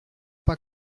pas